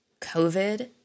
COVID